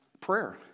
prayer